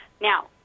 Now